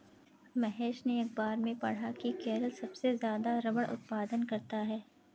महेश ने अखबार में पढ़ा की केरल सबसे ज्यादा रबड़ उत्पादन करता है